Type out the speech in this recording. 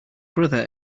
brother